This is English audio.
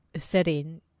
setting